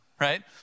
right